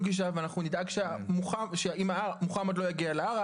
גישה ואנחנו נדאג שאם מוחמד לא יגיע אל ההר,